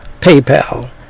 Paypal